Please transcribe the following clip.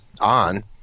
on